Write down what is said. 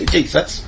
Jesus